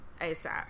ASAP